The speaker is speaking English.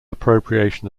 appropriation